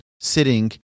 sitting